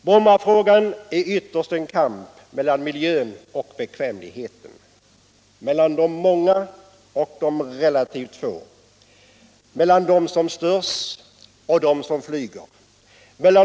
Brommafrågan är ytterst en kamp mellan miljön och bekvämligheten, mellan de många och de relativt få, mellan dem som störs och dem som flyger.